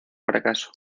fracaso